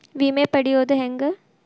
ವಿಮೆ ಪಡಿಯೋದ ಹೆಂಗ್?